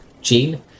gene